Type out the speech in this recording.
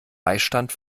beistand